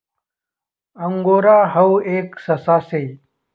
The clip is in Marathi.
अंगोरा हाऊ एक ससा शे